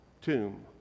tomb